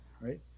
right